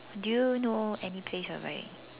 do you know any place whereby